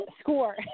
score